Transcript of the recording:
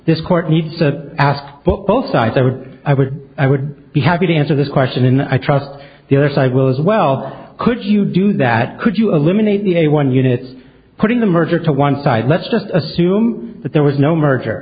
this court needs to ask both sides i would i would i would be happy to answer this question in the i trust the other side will as well could you do that could you eliminate a one unit putting the merger to one side let's assume that there was no mer